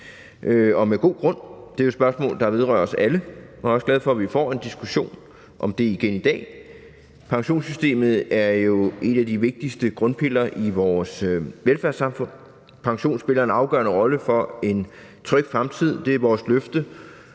og med god grund. Det er jo et spørgsmål, der vedrører os alle, og jeg er også glad for, at vi får en diskussion om det igen i dag. Pensionssystemet er jo en af de vigtigste grundpiller i vores velfærdssamfund, pensionen spiller en afgørende rolle for en tryg fremtid. Det er vores løfte